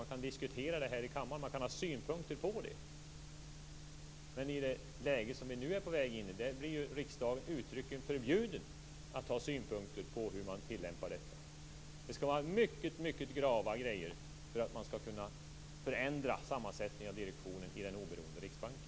Man kan diskutera dem här i kammaren och ha synpunkter på dem, men i det läge som vi nu är på väg in i blir riksdagen uttryckligen förbjuden att ha synpunkter på hur man tillämpar detta. Det krävs mycket grava omständigheter för att man skall kunna förändra sammansättningen av direktionen i den oberoende riksbanken.